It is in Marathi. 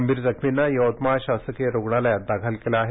गंभीर जखमींना यवतमाळ शासकीय रुग्णालयात दाखल केलं आहे